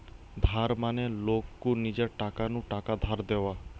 ধার মানে লোক কু নিজের টাকা নু টাকা ধার দেওয়া